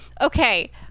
Okay